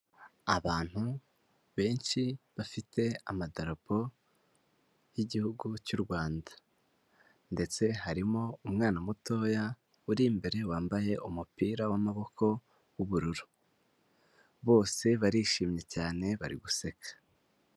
Abantu benshi bafite amadapo y'Igihugu cy'u Rwanda ndetse harimo umwana mutoya uri imbere wambaye umupira w'amaboko w'ubururu, bose barishimye cyane bari guseka.